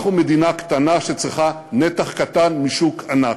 אנחנו מדינה קטנה שצריכה נתח קטן משוק ענק,